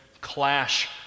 clash